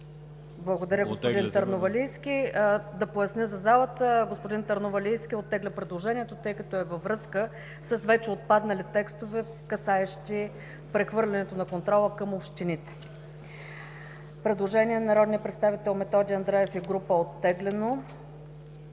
Благодаря, господин Търновалийски. Да поясня за залата – господин Търновалийски оттегля предложението, тъй като е във връзка с вече отпаднали текстове, касаещи прехвърлянето на контрола към общините. Има предложение на народния представител Методи Андреев и група, което